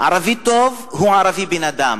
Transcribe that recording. ערבי טוב הוא ערבי בן-אדם.